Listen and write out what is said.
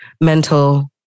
mental